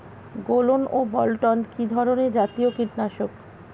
গোলন ও বলটন কি ধরনে জাতীয় কীটনাশক?